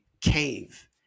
cave